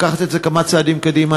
לקחת את זה כמה צעדים קדימה,